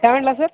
काय म्हणाला सर